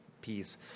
piece